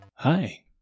Hi